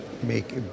make